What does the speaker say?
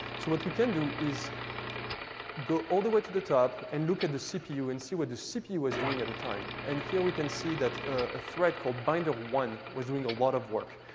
so what we can do is go all the way to the top and look at the cpu and see what the cpu was doing at the time. and here we can see that a thread called binder one was doing a lot of work.